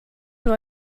nur